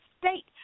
state